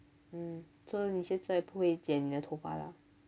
mm so 你现在不会剪你的头发啦